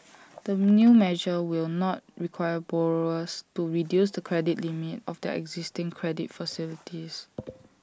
the new measure will not require borrowers to reduce the credit limit of their existing credit facilities